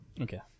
Okay